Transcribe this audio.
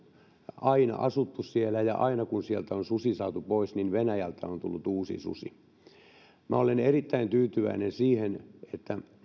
aina asuttu siellä ja aina kun sieltä on susi saatu pois niin venäjältä on tullut uusi susi olen erittäin tyytyväinen siihen että